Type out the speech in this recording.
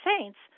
saints